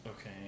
Okay